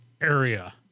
area